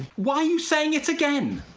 why are you saying it again?